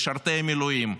משרתי המילואים,